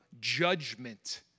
judgment